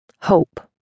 Hope